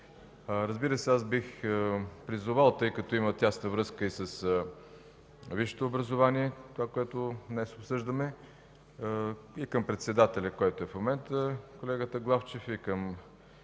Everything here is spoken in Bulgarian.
Разбира се, аз бих призовал, тъй като има тясна връзка и с висшето образование това, което днес обсъждаме, и към председателя, който е в момента, колегата Главчев, и към